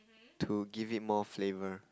to give it more flavour